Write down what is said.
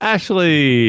Ashley